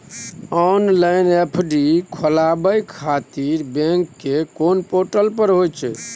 Online FD खोलाबय खातिर bank के कोन पोर्टल पर होए छै?